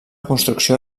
construcció